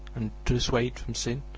and, to dissuade from sin,